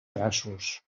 traços